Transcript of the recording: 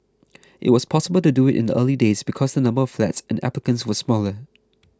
it was possible to do it in the early days because the number of flats and applicants were smaller